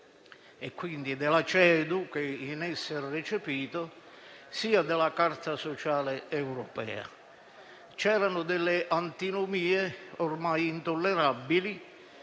diritti dell'uomo-CEDU, che in esso è recepita), sia della Carta sociale europea. C'erano delle antinomie ormai intollerabili,